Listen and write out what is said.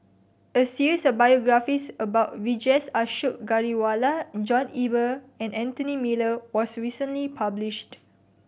a series of biographies about Vijesh Ashok Ghariwala John Eber and Anthony Miller was recently published